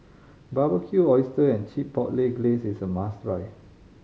Barbecued Oyster and Chipotle Glaze is a must try